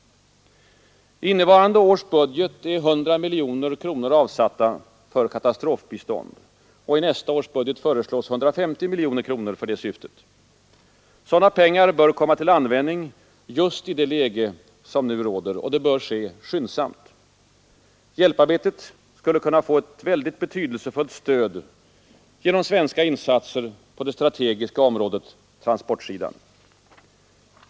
I innevarande års budget är 100 miljoner kronor avsatta för katastrofbistånd. I nästa års budget föreslås 150 miljoner kronor för detta syfte. Sådana pengar bör komma till användning just i det läge som nu råder. Och det bör ske skyndsamt. Hjälparbetet skulle kunna få ett mycket betydelsefullt stöd genom svenska insatser på det strategiska området — transportsidan.